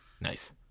Nice